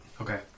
Okay